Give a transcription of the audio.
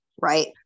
right